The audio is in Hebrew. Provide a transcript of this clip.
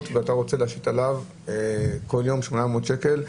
ואתה רוצה להשית עליו כל יום 800 שקל.